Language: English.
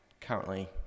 currently